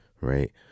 right